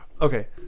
Okay